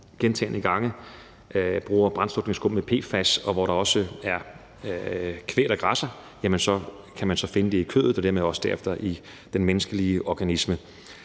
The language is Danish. gentagne gange har været brugt brandslukningsskum med PFAS, og når der også er kvæg, der græsser, jamen så kan man finde det i kødet og dermed også derefter i den menneskelige organisme.